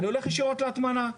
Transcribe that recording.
אני הולך ישירות להטמנה.